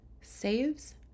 saves